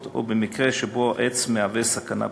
או במקרה שבו עץ מהווה סכנה בטיחותית.